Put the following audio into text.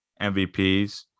MVPs